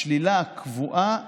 השלילה הקבועה